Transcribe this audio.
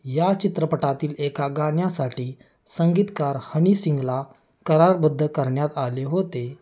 या चित्रपटातील एका गाण्यासाठी संगीतकार हनी सिंगला करारबद्ध करण्यात आले होते